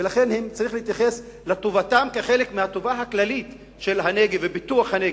ולכן צריך להתייחס לטובתם כחלק מהטובה הכללית של הנגב וכפיתוח הנגב,